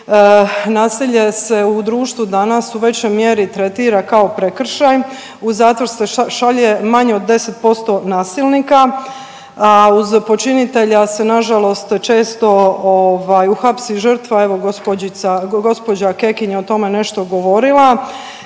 nasilje se u društvu danas u većoj mjeri tretira kao prekršaj. U zatvor se šalje manje od 10% nasilnika, a uz počinitelja se na žalost često ovaj, uhapsi žrtva evo gospođica, gospođa Kekin je o tome nešto govorila